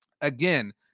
Again